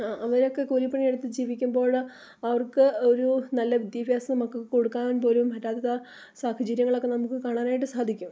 അ അങ്ങനൊക്കെ കൂലിപ്പണിയെടുത്ത് ജീവിക്കുമ്പോൾ അവർക്ക് ഒരു നല്ല വിദ്യാഭ്യാസം നമുക്ക് കൊടുക്കാൻ പോലും പറ്റാത്ത സാഹചര്യങ്ങൾ ഒക്കെ നമുക്ക് കാണാനായിട്ട് സാധിക്കും